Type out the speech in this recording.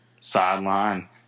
sideline